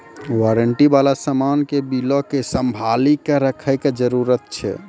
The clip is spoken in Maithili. वारंटी बाला समान के बिलो के संभाली के रखै के जरूरत छै